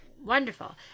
Wonderful